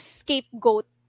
scapegoat